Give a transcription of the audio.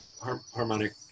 harmonic